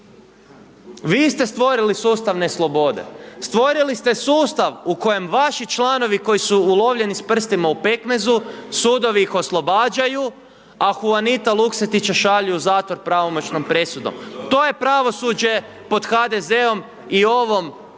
Vi ste stvorili sustav neslobode, stvorili ste sustav u kojem vaši članovi koji su ulovljeni sa prstima u pekmezu, sudovi ih oslobađaju a Juanita Luksetića šalju u zatvor pravomoćnom presudom, to je pravosuđe pod HDZ-om i ovom